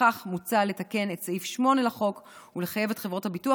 ולפיכך מוצע לתקן את סעיף 8 לחוק ולחייב את חברות הביטוח